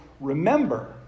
remember